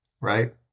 Right